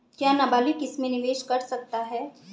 क्या नाबालिग इसमें निवेश कर सकता है?